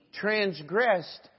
transgressed